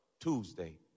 Tuesday